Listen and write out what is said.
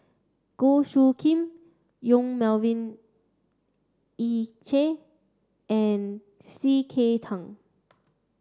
Goh Soo Khim Yong Melvin Yik Chye and C K Tang